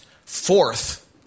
fourth